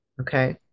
Okay